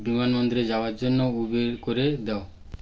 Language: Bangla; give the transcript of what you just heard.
বিমানবন্দরে যাওয়ার জন্য উবের করে দাও